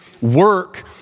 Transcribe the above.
work